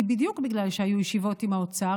היא בדיוק בגלל שהיו ישיבות עם האוצר